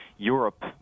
europe